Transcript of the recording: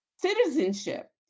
citizenship